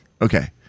Okay